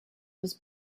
was